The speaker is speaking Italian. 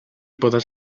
poter